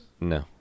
no